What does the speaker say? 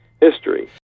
history